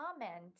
comment